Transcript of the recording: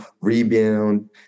rebound